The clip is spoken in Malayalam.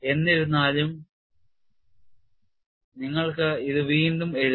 എന്നിരുന്നാലും നിങ്ങൾക്ക് ഇത് വീണ്ടും എഴുതാം